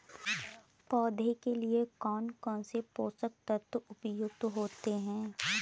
पौधे के लिए कौन कौन से पोषक तत्व उपयुक्त होते हैं?